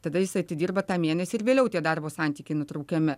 tada jis atidirba tą mėnesį ir vėliau tie darbo santykiai nutraukiami